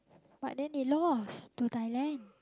but then they lost to Thailand